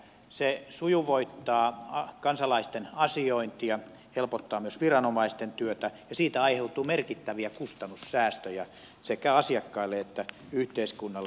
se sujuvoittaa kansalaisten asiointia helpottaa myös viranomaisten työtä ja siitä aiheutuu merkittäviä kustannussäästöjä sekä asiakkaille että yhteiskunnalle